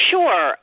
Sure